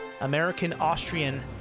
American-Austrian